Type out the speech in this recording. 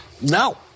No